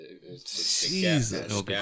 Jesus